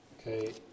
Okay